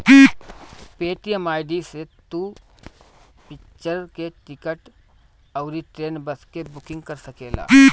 Paytm ID से तू picture के टिकट अउरी ट्रेन, बस के बुकिंग कर सकेला